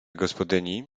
gospodyni